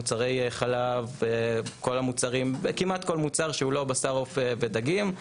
מוצרי חלב, כמעט כל מוצר שהוא לא בשר, עוף ודגים,